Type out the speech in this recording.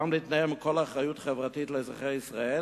גם להתנער מכל אחריות חברתית לאזרחי ישראל,